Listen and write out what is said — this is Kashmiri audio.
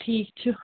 ٹھیٖک چھُ